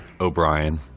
O'Brien